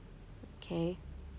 okay